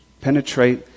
penetrate